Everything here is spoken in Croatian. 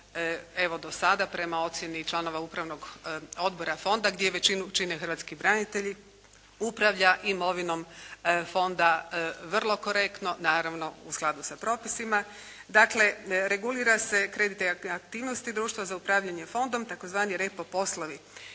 evo do sada prema ocjeni članova Upravnog odbora Fonda, gdje većinu čine hrvatski branitelji upravlja imovinom Fonda vrlo korektno naravno u skladu sa propisima. Dakle, regulira se kreditna aktivnost društva za upravljanje Fondom, tzv. repo poslovi,